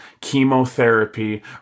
chemotherapy